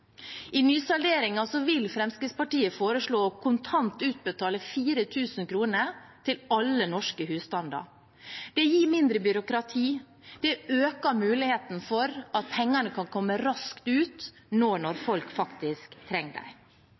I nysalderingen vil Fremskrittspartiet foreslå å kontant utbetale 4 000 kr til alle norske husstander. Det gir mindre byråkrati. Det øker muligheten for at pengene kan komme raskt ut, nå når folk faktisk trenger